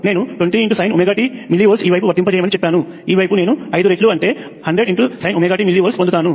నేను 20sintmVఈ వైపు వర్తింపజేయమని చెప్పాను ఈ వైపు నేను ఐదు రెట్లు అంటే 100sintmV పొందుతాను